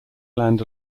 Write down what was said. land